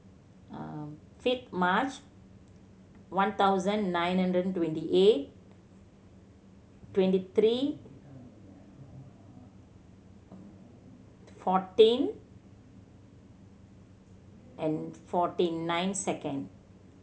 fifth March one thousand nine hundred twenty eight twenty three fourteen and forty nine second